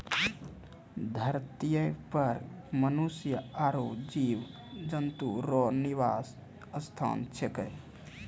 धरतीये पर मनुष्य आरु जीव जन्तु रो निवास स्थान छिकै